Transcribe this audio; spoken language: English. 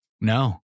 No